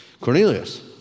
Cornelius